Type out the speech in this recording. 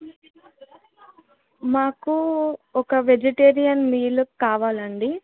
మాకు ఒక vegetarian meal కావాలండి